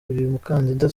mukandida